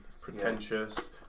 pretentious